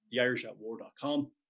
theirishatwar.com